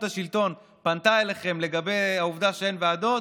השלטון פנתה אליהם לגבי העובדה שאין ועדות.